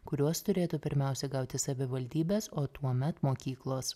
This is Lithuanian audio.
kuriuos turėtų pirmiausiai gauti savivaldybės o tuomet mokyklos